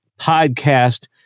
podcast